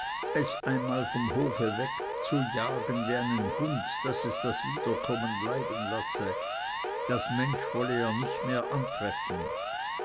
es einmal vom hofe wegzujagen wie einen hund daß es das wiederkommen bleiben lasse das mensch wolle er nicht mehr antreffen